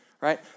Right